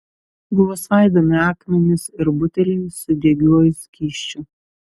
buvo svaidomi akmenys ir buteliai su degiuoju skysčiu